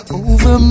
over